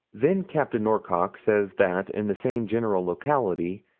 then capt. norcock says that, in the same general locality,